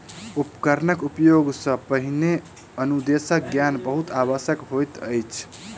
उपकरणक उपयोग सॅ पहिने अनुदेशक ज्ञान बहुत आवश्यक होइत अछि